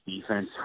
defense